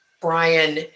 Brian